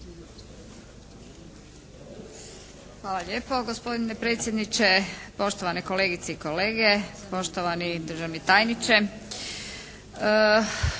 Hvala lijepa gospodine predsjedniče. Poštovane kolegice i kolege, poštovani državni tajniče.